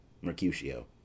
Mercutio